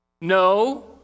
No